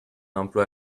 emploi